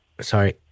sorry